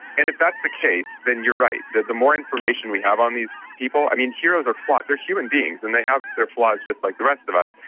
and if that's the case, then you're right, that the more information we have on these people, i mean heroes are flawed, they're human beings, and they have their flaws just like the rest of but